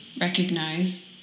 recognize